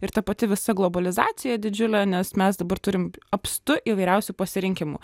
ir ta pati visa globalizacija didžiulė nes mes dabar turim apstu įvairiausių pasirinkimų